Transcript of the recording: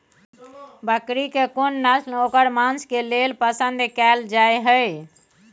बकरी के कोन नस्ल ओकर मांस के लेल पसंद कैल जाय हय?